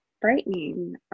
frightening